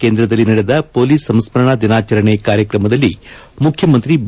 ಕೇಂದ್ರದಲ್ಲಿ ನಡೆದ ಪೊಲೀಸ್ ಸಂಸ್ಕರಣಾ ದಿನಾಚರಣೆ ಕಾರ್ಯಕ್ರಮದಲ್ಲಿ ಮುಖ್ಯಮಂತ್ರಿ ಬಿ